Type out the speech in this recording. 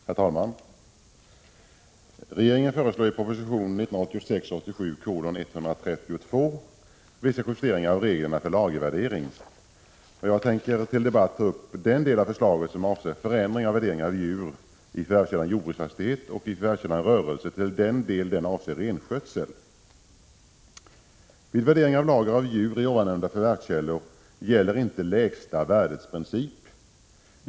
Herr talman! Regeringen föreslår i proposition 1986/87:132 vissa justeringar av reglerna för lagervärdering. Jag tänker till debatt ta upp den del av förslaget som avser förändring av värdering av djur i förvärvskällan jordbruksfastighet och i förvärvskällan rörelse till den del den avser renskötsel. Vid värdering av lager av djur i nämnda förvärvskällor gäller inte lägsta värdets princip.